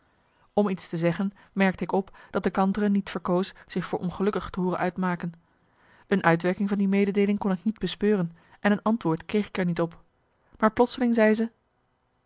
om iets te zeggen merkte ik op dat de kantere niet verkoos zich voor ongelukkig te hooren uitmaken een uitwerking van die mededeeling kon ik niet bespeuren en een antwoord kreeg ik er niet op maar plotseling zei ze